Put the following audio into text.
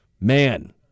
Man